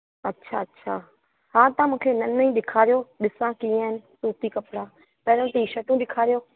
अच्छा अच्छा हा तव्हां मूंखे हिननि में ई ॾेखारियो ॾिसां कीअं आहिनि सूती कपिड़ा पहिरों टी शर्टूं ॾेखारियो